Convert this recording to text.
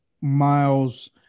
Miles